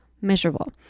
miserable